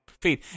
feed